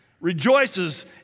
rejoices